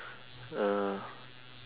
uh